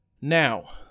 Now